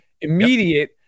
immediate